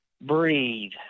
breathe